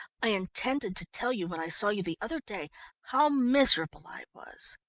i intended to tell you when i saw you the other day how miserable i was.